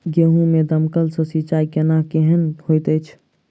गेंहूँ मे दमकल सँ सिंचाई केनाइ केहन होइत अछि?